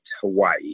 Hawaii